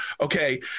Okay